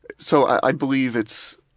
so i believe it's